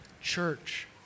Church